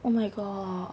oh my god